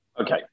Okay